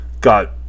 got